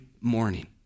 morning